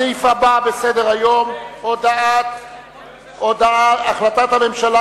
הסעיף הבא בסדר-היום: החלטת הממשלה